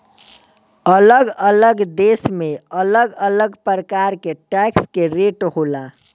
अलग अलग देश में अलग अलग प्रकार के टैक्स के रेट होला